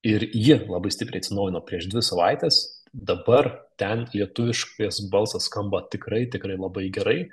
ir ji labai stipriai atsinaujino prieš dvi savaites dabar ten lietuviškas balsas skamba tikrai tikrai labai gerai